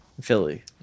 Philly